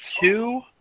two